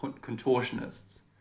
contortionists